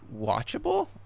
watchable